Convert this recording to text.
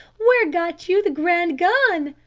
where got you the grand gun?